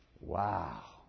Wow